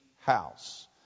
house